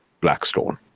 Blackstone